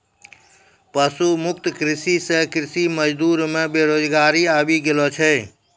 पशु मुक्त कृषि से कृषि मजदूर मे बेरोजगारी आबि गेलो छै